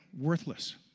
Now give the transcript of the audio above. worthless